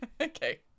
Okay